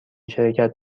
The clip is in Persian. شرکت